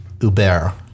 Uber